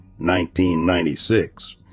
1996